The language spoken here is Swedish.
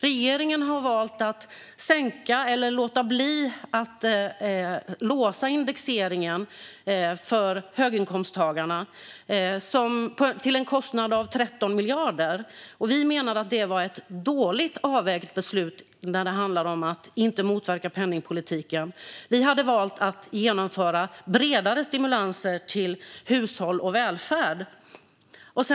Regeringen har valt att sänka eller låta bli att låsa indexeringen för höginkomsttagarna till en kostnad av 13 miljarder. Vi menar att det var ett dåligt avvägt beslut när det handlar om att inte motverka penningpolitiken. Vi hade valt att genomföra bredare stimulanser till hushåll och välfärd.